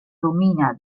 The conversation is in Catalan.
domina